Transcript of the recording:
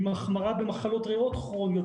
עם החמרה במחלות ריאות כרוניות,